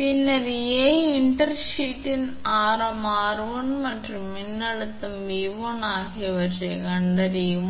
பின்னர் a இன்டர்ஷீத்தின் ஆரம் 𝑟1 மற்றும் மின்னழுத்தம் 𝑉1 ஆகியவற்றைக் கண்டறியவும்